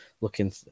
looking